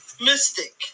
Mystic